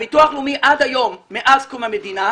הרי עד היום, מאז קום המדינה,